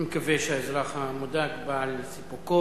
אני מקווה שהאזרח המודאג בא על סיפוקו.